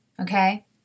okay